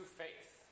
faith